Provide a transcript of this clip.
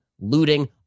looting